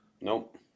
Nope